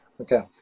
Okay